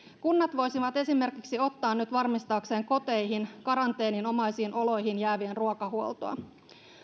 kunnat voisivat esimerkiksi ottaa nyt varmistaakseen koteihin karanteeninomaisiin oloihin jäävien ruokahuoltoa